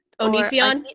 Onision